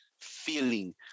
feeling